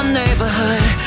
neighborhood